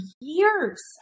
years